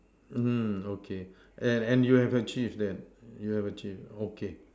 mm okay and and you have achieve that you have achieve okay